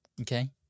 Okay